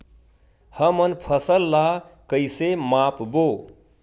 हमन फसल ला कइसे माप बो?